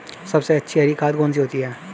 सबसे अच्छी हरी खाद कौन सी होती है?